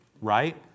right